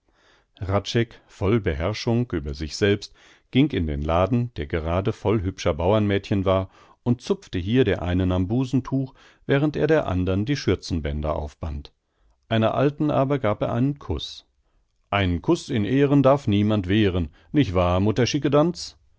voll beherrschung über sich selbst ging in den laden der gerade voll hübscher bauernmädchen war und zupfte hier der einen am busentuch während er der andern die schürzenbänder aufband einer alten aber gab er einen kuß einen kuß in ehren darf niemand wehren nich wahr